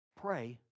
pray